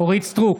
אורית מלכה סטרוק,